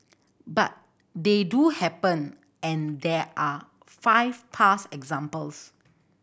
but they do happen and there are five past examples